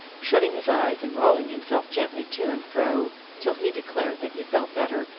shutting his eyes and rolling himself gently to and fro till he declared that he felt better,